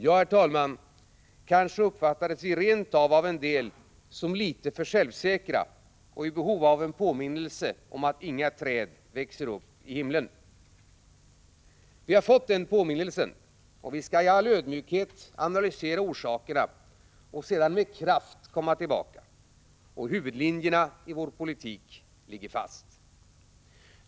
Ja, herr talman, kanske uppfattades vi rent av av en del som litet för självsäkra och i behov av en påminnelse om att inga träd växer upp i himlen. Vi har fått den påminnelsen, och vi skall i all ödmjukhet analysera orsakerna och sedan med kraft komma tillbaka. Och huvudlinjerna i vår politik ligger fast.